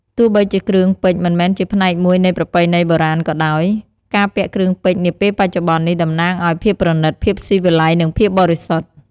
ទោះបីជាគ្រឿងពេជ្រមិនមែនជាផ្នែកមួយនៃប្រពៃណីបុរាណក៏ដោយ ការពាក់គ្រឿងពេជ្រនាពេលបច្ចុប្បន្ននេះ តំណាងឱ្យ ភាពប្រណីត ភាពស៊ីវិល័យ និងភាពបរិសុទ្ធ។